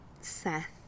Seth